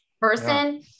person